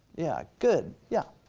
yeah, good, yeah.